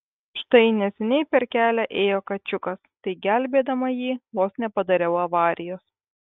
štai neseniai per kelią ėjo kačiukas tai gelbėdama jį vos nepadariau avarijos